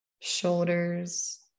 shoulders